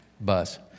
bus